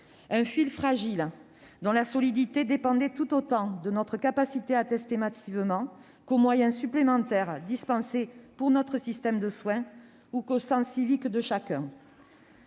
Un fil fragile, dont la solidité dépendait tout autant de notre capacité à tester massivement que des moyens supplémentaires dispensés à notre système de soin ou que du sens civique de chacun.